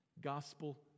Gospel